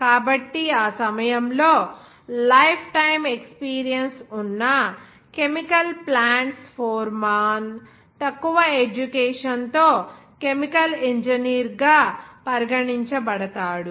కాబట్టి ఆ సమయంలో లైఫ్ టైమ్ ఎక్స్పీరియన్స్ ఉన్న కెమికల్ ప్లాంట్స్ ఫోర్మాన్ తక్కువ ఎడ్యుకేషన్ తో కెమికల్ ఇంజనీర్గా పరిగణించబడతాడు